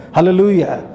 Hallelujah